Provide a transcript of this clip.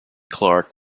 clark